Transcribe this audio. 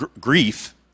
grief